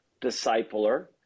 discipler